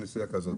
צריכים.